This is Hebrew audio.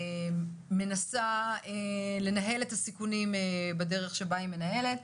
שמנסה לנהל את הסיכונים בדרך שבה היא מנהלת.